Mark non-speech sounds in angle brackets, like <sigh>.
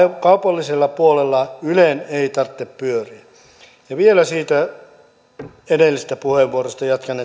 kaupallisella puolella ylen ei tarvitse pyöriä vielä edellisestä puheenvuorostani jatkan <unintelligible>